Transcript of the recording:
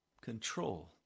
control